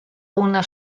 una